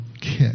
kick